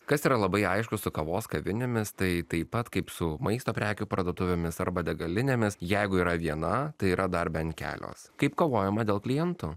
kas yra labai aišku su kavos kavinėmis tai taip pat kaip su maisto prekių parduotuvėmis arba degalinėmis jeigu yra viena tai yra dar bent kelios kaip kovojama dėl klientų